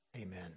amen